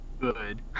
good